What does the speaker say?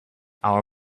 our